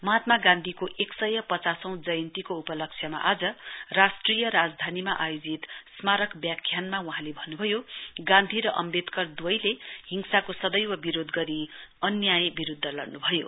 महात्मा गान्धीको एक सय पचासौं जयन्तीको उपलक्ष्यमा आज राष्ट्रिय राजधानीमा आयोजित स्मारक व्याख्यानमा वहाँले भन्न्भयो गान्धी र अम्बेदकर द्वैले हिंसाको सदैव विरोध गरी अन्याय विरुध्द लड़न्भयो